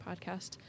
podcast